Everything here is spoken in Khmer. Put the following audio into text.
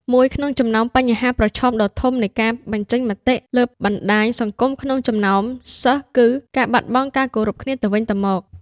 មួយក្នុងចំណោមបញ្ហាប្រឈមដ៏ធំនៃការបញ្ចេញមតិលើបណ្ដាញសង្គមក្នុងចំណោមសិស្សគឺ ការបាត់បង់ការគោរពគ្នាទៅវិញទៅមក។